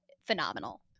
Phenomenal